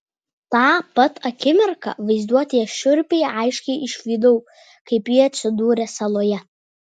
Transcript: tą pat akimirką vaizduotėje šiurpiai aiškiai išvydau kaip ji atsidūrė saloje